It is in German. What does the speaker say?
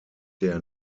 der